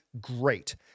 great